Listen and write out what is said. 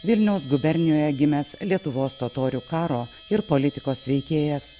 vilniaus gubernijoje gimęs lietuvos totorių karo ir politikos veikėjas